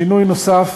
שינוי נוסף,